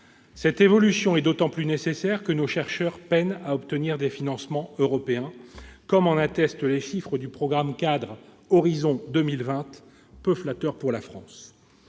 Cette évolution est d'autant plus nécessaire que nos chercheurs peinent à obtenir des financements européens, comme en attestent les chiffres du programme-cadre Horizon 2020, peu flatteurs pour la France.